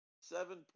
seven